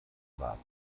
rat